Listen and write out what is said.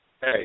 hey